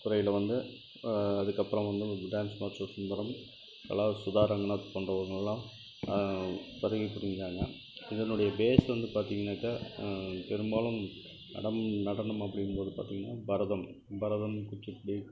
துறையில் வந்து அதுக்கப்புறம் வந்து டான்ஸ் மாஸ்டர் சுந்தரம் கலா சுதா ரங்கநாத் போன்றவங்களெலாம் வருகை புரிஞ்சாங்க இதனுடைய பேஸ் வந்து பார்த்திங்கனாக்க பெரும்பாலும் நடம் நடனம் அப்படிங்கும்போது பார்த்திங்கனா பரதம் பரதம் குச்சிபுடி